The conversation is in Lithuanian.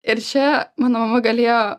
ir čia mano mama galėjo